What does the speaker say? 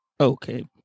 Okay